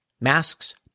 masks